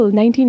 19